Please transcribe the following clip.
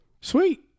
Sweet